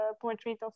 Portrait